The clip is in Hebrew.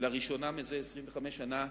לראשונה זה 25 שנה,